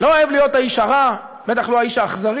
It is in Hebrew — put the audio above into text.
לא אוהב להיות האיש הרע, בטח לא האיש האכזרי,